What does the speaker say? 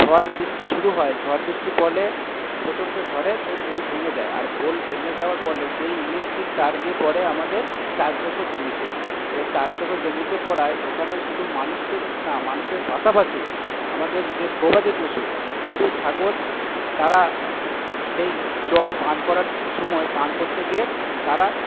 ঝড় বৃষ্টি শুরু হয় ঝড় বৃষ্টি পড়লে প্রচণ্ড ঝড়ে সেই পোল ভেঙে যায় আর পোল ভেঙে যাওয়ার ফলে সেই ইলেকট্রিক তার গিয়ে পড়ে আমাদের চাষযোগ্য জমিতে এবার চাষযোগ্য জমিতে পড়ায় ওখানে শুধু মানুষের না মানুষের পাশাপাশি আমাদের যে গবাদি পশু গোরু ছাগল তারা সেই জল পান করার সময় পান করতে গিয়ে তারা